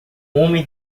homem